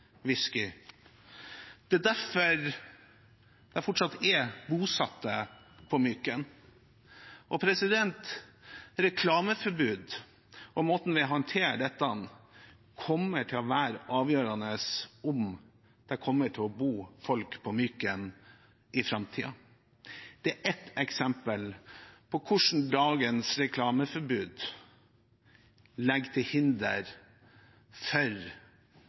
Det er derfor det fortsatt er noen bosatt på Myken. Reklameforbud, og måten vi håndterer dette på, kommer til å være avgjørende for om det kommer til å bo folk på Myken i framtiden. Dette er ett eksempel på hvordan dagens reklameforbud legger hindringer for